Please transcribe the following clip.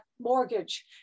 mortgage